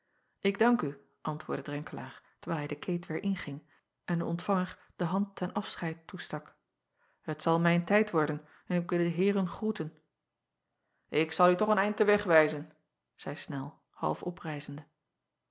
k dank u antwoordde renkelaer terwijl hij de keet weêr inging en den ontvanger de hand ten afscheid toestak et zal mijn tijd worden en ik wil de eeren groeten k zal u toch een eind den weg wijzen zeî nel half